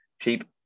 cheap